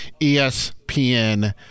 ESPN